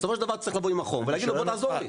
בסופו של דבר צריך לבוא עם החום ולהגיד לו בוא תעזור לי.